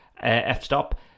f-stop